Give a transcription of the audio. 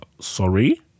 sorry